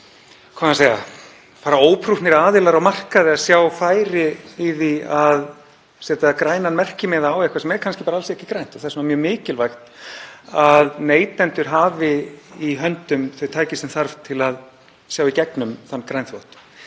við að segja, fara óprúttnir aðilar á markaði að sjá færi í því að setja grænan merkimiða á eitthvað sem er kannski bara alls ekki grænt. Þess vegna er mjög mikilvægt að neytendur hafi í höndum þau tæki sem þarf til að sjá í gegnum þann grænþvott.